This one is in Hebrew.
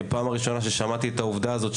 בפעם הראשונה ששמעתי את העובדה הזאת,